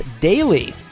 Daily